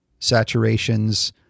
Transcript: saturations